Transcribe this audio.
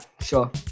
sure